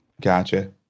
Gotcha